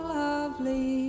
lovely